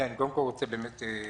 אני קודם כל רוצה להודות